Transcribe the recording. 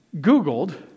Googled